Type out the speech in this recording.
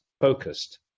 focused